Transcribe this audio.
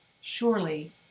Surely